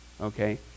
okay